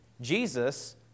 Jesus